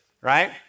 right